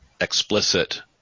explicit